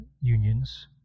unions